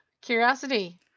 Curiosity